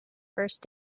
first